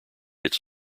its